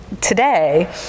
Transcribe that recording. today